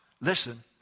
listen